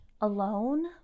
alone